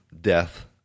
death